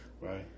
Right